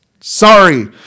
Sorry